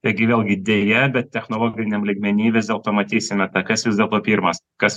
taigi vėlgi deja bet technologiniam lygmeny vis dėlto pamatysime tą kas vis dėl to pirmas kas